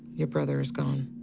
your brother is gone